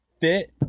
fit